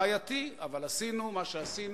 בעייתי, אבל עשינו מה שעשינו,